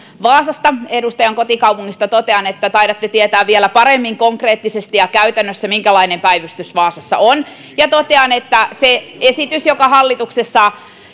vaasasta edustajan kotikaupungista totean että taidatte tietää vielä paremmin konkreettisesti ja käytännössä minkälainen päivystys vaasassa on ja totean että se esitys joka hallituksessa